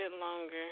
longer